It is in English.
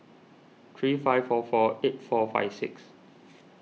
three five four four eight four five six